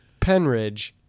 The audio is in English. penridge